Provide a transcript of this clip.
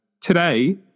Today